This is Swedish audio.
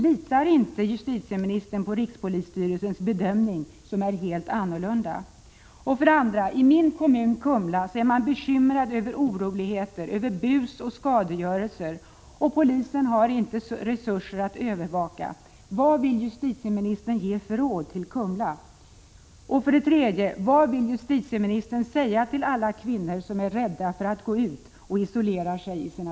Litar inte justitieministern på rikspolisstyrelsens bedömning, som är en helt annan? I min kommun, Kumla, är man bekymrad över oroligheter, bus och skadegörelse. Polisen har inte resurser att sköta övervakningen tillfredsställande. Vad vill justitieministern ge för råd till Kumla?